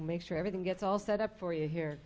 make sure everything gets all set up for you here